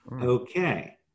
okay